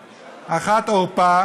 עם ישראל, תורת ישראל,